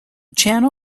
channel